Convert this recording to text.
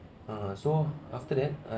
uh so after that